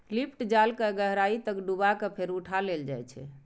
lift जाल कें गहराइ तक डुबा कें फेर उठा लेल जाइ छै